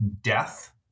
death